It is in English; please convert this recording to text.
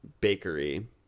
bakery